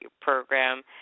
program